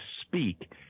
speak